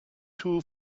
two